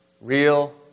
real